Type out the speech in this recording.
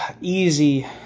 easy